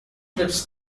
trips